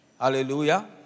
Hallelujah